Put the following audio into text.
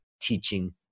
teaching